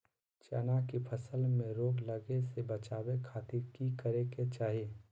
चना की फसल में रोग लगे से बचावे खातिर की करे के चाही?